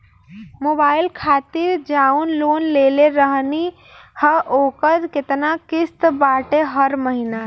Mobile खातिर जाऊन loan लेले रहनी ह ओकर केतना किश्त बाटे हर महिना?